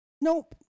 Nope